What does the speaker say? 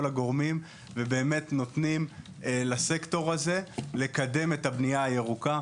הגורמים ובאמת נותנים לסקטור הזה לקדם בנייה ירוקה.